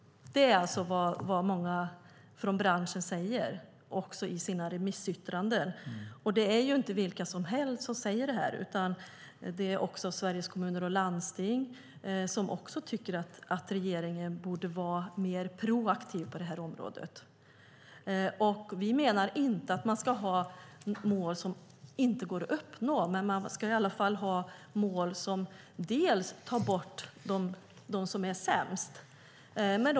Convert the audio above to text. Det är vad många från branschen säger i sina remissyttranden. Det är inte vilka som helst som säger det. Också Sveriges Kommuner och Landsting tycker att regeringen borde vara mer proaktiv på detta område. Vi menar inte att man ska ha mål som inte går att uppnå, men man ska i varje fall ha mål som tar bort dem som är sämst.